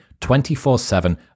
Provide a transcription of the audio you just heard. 24-7